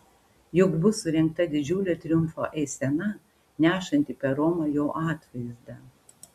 juk bus surengta didžiulė triumfo eisena nešanti per romą jo atvaizdą